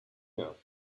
know